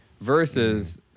versus